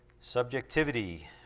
Subjectivity